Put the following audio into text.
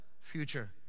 future